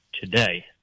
today